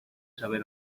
saber